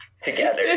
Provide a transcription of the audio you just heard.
together